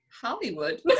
Hollywood